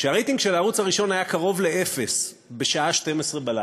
שהרייטינג של הערוץ הראשון היה קרוב לאפס בשעה 24:00,